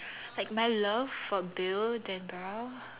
like my love for Bill-Denbrough